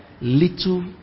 Little